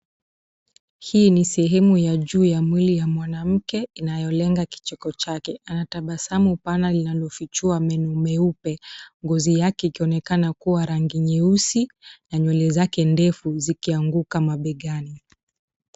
Hii ni sehemu ya juu ya mwili ya mwanamke inayolenga kicheko chake. Ana tabasamu pana linalofichua meno meupe. Ngozi yake ikionekana kuwa rangi nyeusi na nywele zake ndefu zikianguka mabegani.